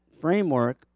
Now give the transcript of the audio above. framework